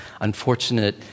unfortunate